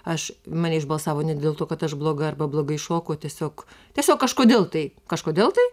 aš mane išbalsavo ne dėl to kad aš bloga arba blogai šoku o tiesiog tiesiog kažkodėl tai kažkodėl tai